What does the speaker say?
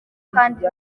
kandi